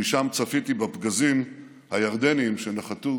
משם צפיתי בפגזים הירדניים שנחתו